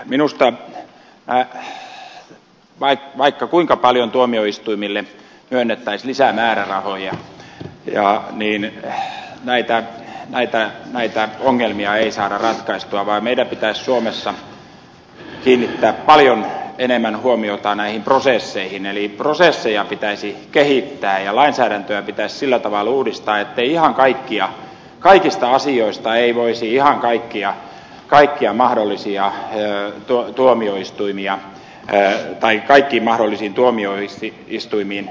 minusta vaikka kuinka paljon tuomioistuimille myönnettäisiin lisää määrärahoja niin näitä ongelmia ei saada ratkaistua meidän pitäisi suomessa kiinnittää paljon enemmän huomiota näihin prosesseihin eli prosesseja pitäisi kehittää ja lainsäädäntöä pitäisi sillä tavalla uudistaa ettei ihan kaikista asioista voisi ihan kaikkia kaikkia mahdollisia ey tuo tuomioistuimia tai kaikkiin mahdollisiin tuomioistuimiin valittaa